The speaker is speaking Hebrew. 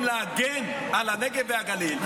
במקום להגן על הנגב והגליל,